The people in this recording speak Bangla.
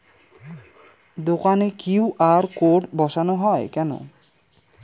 দোকানে কিউ.আর কোড বসানো হয় কেন?